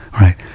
right